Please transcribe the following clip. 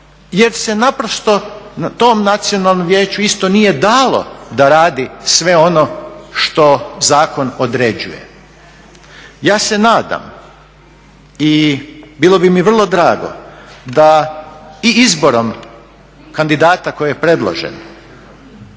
jer se naprosto tom nacionalnom vijeću isto nije dalo da radi sve ono što zakon određuje. Ja se nadam i bilo bi mi vrlo drago da i izborom kandidata koji je predložen,